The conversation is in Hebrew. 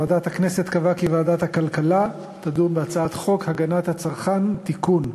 ועדת הכנסת קבעה כי ועדת הכלכלה תדון בהצעת חוק הגנת הצרכן (תיקון,